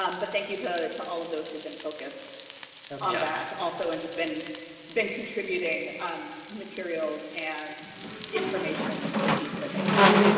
um but thank you to to all of those who've been focused on that, also and just been been contributing materials and information and expertise that they have.